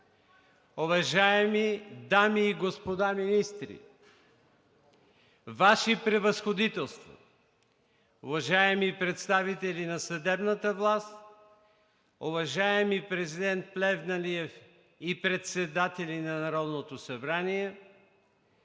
уважаеми дами и господа министри, Ваши Превъзходителства, уважаеми представители на съдебната власт, уважаеми президент Плевнелиев и председатели на Народното събрание,